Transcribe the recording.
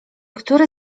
który